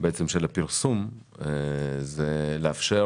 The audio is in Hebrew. של הפרסום היא לאפשר